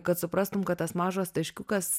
kad suprastum kad tas mažas taškiukas